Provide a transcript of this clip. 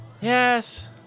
Yes